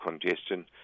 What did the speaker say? congestion